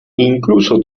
incluso